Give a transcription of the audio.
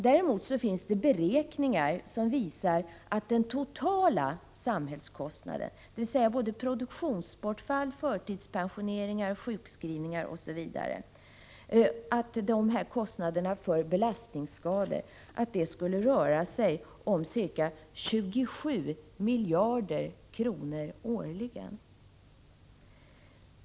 Däremot finns det beräkningar som visar att den totala samhällskostnaden för belastningsskador — produktionsbortfall, förtidspensioneringar, sjukskrivningar osv. — skulle röra sig om ca 27 miljarder kronor årligen.